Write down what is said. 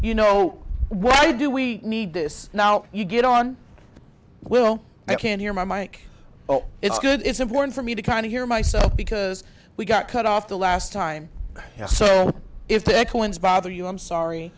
you know why do we need this now you get on we'll i can't hear my mike oh it's good it's important for me to kind of hear myself because we got cut off the last time so if they call ins bother you i'm sorry